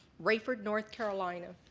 raeford, north carolina.